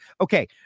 Okay